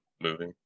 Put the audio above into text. movie